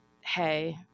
hey